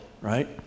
right